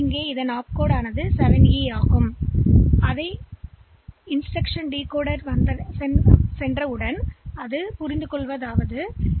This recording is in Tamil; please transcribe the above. எனவே இது ஒரு ஆப்கோட் பெறுதல் செயல்பாடாகும் இந்த இன்ஸ்டிரக்ஷன்லின் குறியீடு 7E க்குப் பிறகு இன்ஸ்டிரக்ஷன்டிகோடர் செயலிக்கு வரும்போது நான் எந்த இடத்திற்கு மெமரித்தை மீண்டும் அணுக வேண்டும் என்பதைப் புரிந்துகொள்கிறேன் எச்